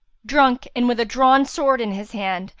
drunk and with a drawn sword in his hand,